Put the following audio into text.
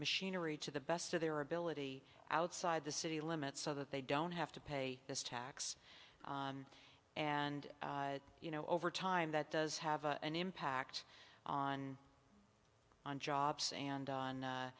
machinery to the best of their ability outside the city limits so that they don't have to pay this tax and you know over time that does have an impact on on jobs and on